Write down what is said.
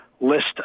list